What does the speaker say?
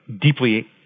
deeply